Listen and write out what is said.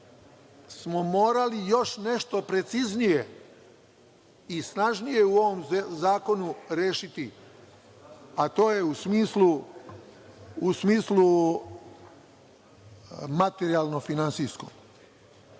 smo morali još nešto preciznije i snažnije u ovom zakonu rešiti, a to je u smislu materijalno-finansijskom.